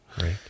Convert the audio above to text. right